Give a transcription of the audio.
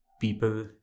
people